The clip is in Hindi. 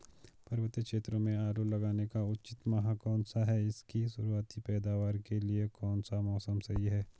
पर्वतीय क्षेत्रों में आलू लगाने का उचित माह कौन सा है इसकी शुरुआती पैदावार के लिए कौन सा मौसम सही है?